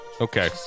Okay